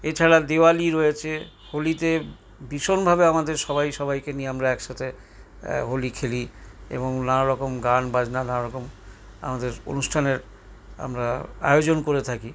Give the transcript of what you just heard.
এছাড়া দিওয়ালি রয়েছে হোলিতে ভীষণভাবে আমাদের সবাই সবাইকে নিয়ে আমরা একসাথে হোলি খেলি এবং নানারকম গানবাজনা নানারকম আমাদের অনুষ্ঠানের আমরা আয়োজন করে থাকি